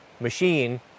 machine